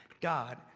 God